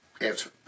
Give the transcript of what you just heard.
Answer